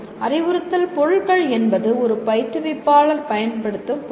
அறிவுறுத்தல் பொருட்கள் என்பது ஒரு பயிற்றுவிப்பாளர் பயன்படுத்தும் பொருட்கள்